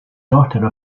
daughter